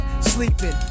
Sleeping